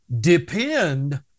depend